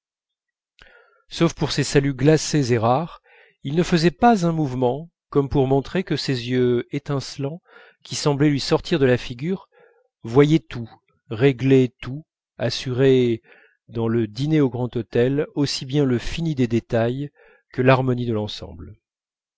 sauf pour ces saluts glacés et rares il ne faisait pas un mouvement comme pour montrer que ses yeux étincelants qui semblaient lui sortir de la figure voyaient tout réglaient tout assuraient dans le dîner au grand hôtel aussi bien le fini des détails que l'harmonie de l'ensemble